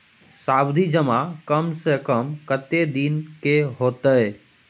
सावधि जमा कम से कम कत्ते दिन के हते?